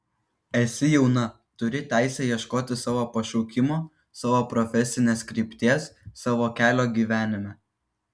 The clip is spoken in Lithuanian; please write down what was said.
esi jauna turi teisę ieškoti savo pašaukimo savo profesinės krypties savo kelio gyvenime